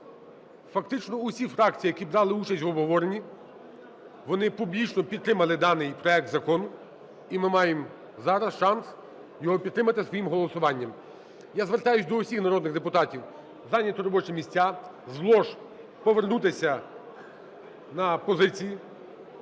Фактично всі фракції, які брали участь в обговоренні, вони публічно підтримали даний проект закону, і ми маємо зараз шанс його підтримати своїм голосуванням. Я звертаюся до всіх народних депутатів зайняти робочі місця, з лож повернутися на позиції.